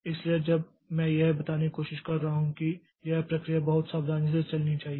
इसलिए जब मैं यह बताने की कोशिश कर रहा हूं कि यह प्रक्रिया बहुत सावधानी से चलनी चाहिए